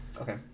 Okay